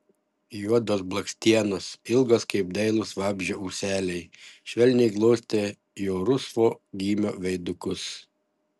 juodos blakstienos ilgos kaip dailūs vabzdžio ūseliai švelniai glostė jo rusvo gymio veidukus